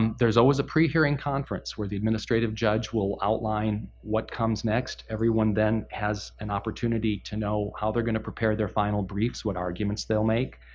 and there's always a pre-hearing conference where the administrative judge will outline what comes next. everyone then has has an opportunity to know how they're going to prepare their final briefs, what arguments they'll make.